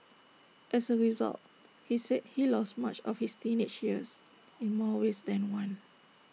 as A result he said he lost much of his teenage years in more ways than one